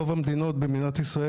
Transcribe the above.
רוב המיתות במדינת ישראל,